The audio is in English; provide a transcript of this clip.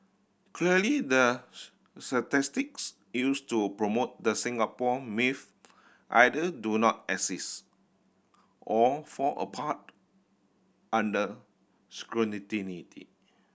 clearly the statistics used to promote the Singapore myth either do not exist or fall apart under